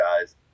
guys